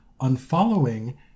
unfollowing